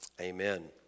Amen